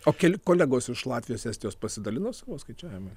o keli kolegos iš latvijos estijos pasidalino savo skaičiavimai